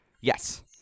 Yes